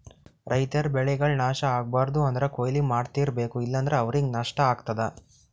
ರೈತರ್ ಬೆಳೆಗಳ್ ನಾಶ್ ಆಗ್ಬಾರ್ದು ಅಂದ್ರ ಕೊಯ್ಲಿ ಮಾಡ್ತಿರ್ಬೇಕು ಇಲ್ಲಂದ್ರ ಅವ್ರಿಗ್ ನಷ್ಟ ಆಗ್ತದಾ